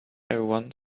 everyone